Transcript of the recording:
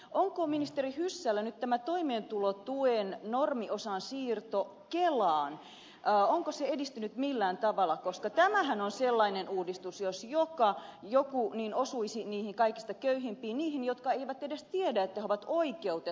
onko ministeri hyssälä tämä toimeentulotuen normiosan siirto kelaan edistynyt millään tavalla koska tämähän on sellainen uudistus jos mikä joka osuisi niihin kaikista köyhimpiin niihin jotka eivät edes tiedä että he ovat oikeutettuja tähän